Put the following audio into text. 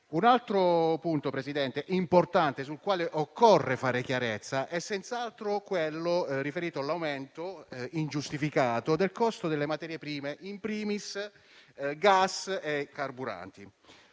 Un altro punto importante, Presidente, sul quale occorre fare chiarezza, è senz'altro quello riferito all'aumento ingiustificato del costo delle materie prime, *in primis* gas e carburanti.